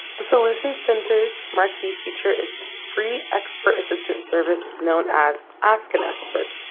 the solutions center's marquee feature is the free expert assistance service known as ask an expert.